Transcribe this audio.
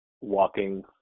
walking